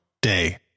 Day